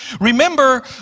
remember